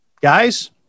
Guys